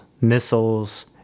missiles